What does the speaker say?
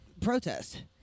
protest